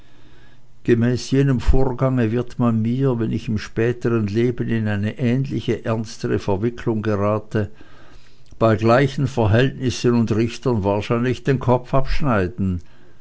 gemäß jenem vorgange wird man mir wenn ich im spätern leben in eine ähnliche ernstere verwicklung gerate bei gleichen verhältnissen und richtern wahrscheinlich den kopf abschneiden